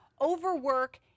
overwork